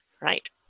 Right